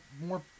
more